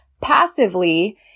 passively